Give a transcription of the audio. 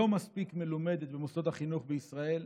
לא מספיק מלומדת במוסדות החינוך בישראל.